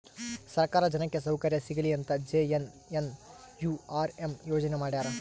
ಸರ್ಕಾರ ಜನಕ್ಕೆ ಸೌಕರ್ಯ ಸಿಗಲಿ ಅಂತ ಜೆ.ಎನ್.ಎನ್.ಯು.ಆರ್.ಎಂ ಯೋಜನೆ ಮಾಡ್ಯಾರ